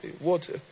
water